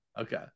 okay